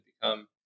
become